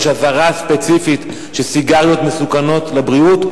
יש אזהרה ספציפית שסיגריות מסוכנות לבריאות,